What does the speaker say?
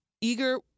eager